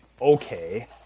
Okay